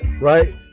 Right